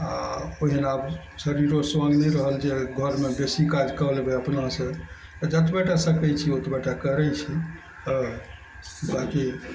आओर जेना आब शरीरो सङ्ग नहि रहल जे घरमे बेसी काज कऽ लेबय अपनासँ जतबेटा सकय छी ओतबेटा करय छी बाकि